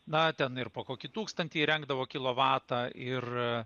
na ten ir po kokį tūkstantį įrengdavo kilovatą ir